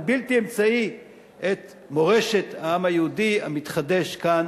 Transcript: בלתי אמצעי את מורשת העם היהודי המתחדש כאן,